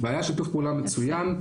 והיה שיתוף פעולה מצוין.